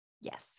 Yes